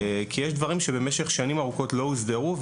כי יש דברים שבמשך שנים ארוכות לא הוסדרו,